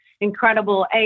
incredible